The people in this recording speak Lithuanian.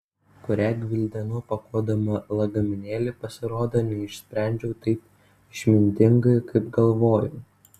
kurią gvildenau pakuodama lagaminėlį pasirodo neišsprendžiau taip išmintingai kaip galvojau